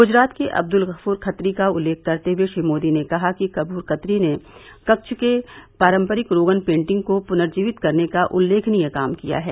गुजरात के अब्दुल गफूर खत्री का उल्लेख करते हुए श्री मोदी ने कहा कि गफूर खत्री ने कच्छ के पारम्परिक रोगन पेन्टिंग को पुनर्जीवित करने का उल्लेखनीय काम किया है